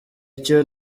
icyo